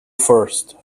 first